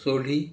Sodhi